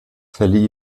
verlieh